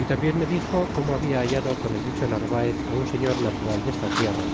e tambien me dixo como habla hallado cou el dicho narvaez á un seilor t natural de esta tierra